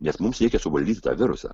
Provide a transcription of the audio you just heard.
nes mums reikia suvaldyti tą virusą